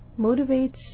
motivates